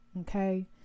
okay